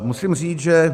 Musím říct, že...